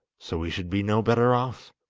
so we should be no better off!